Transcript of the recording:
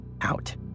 out